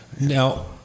Now